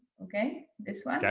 okay? this one. yeah